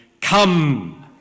Come